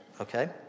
Okay